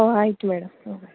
ಹಾಂ ಆಯ್ತು ಮೇಡಮ್ ಹ್ಞೂ